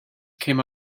came